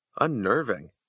Unnerving